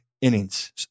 innings